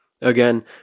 Again